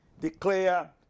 Declare